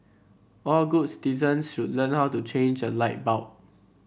all good citizens should learn how to change a light bulb